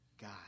God